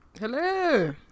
Hello